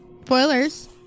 Spoilers